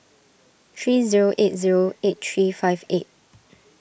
three zero eight zero eight three five eight